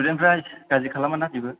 स्थुडेनफ्रा गाज्रि खालामाना जेबो